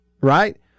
Right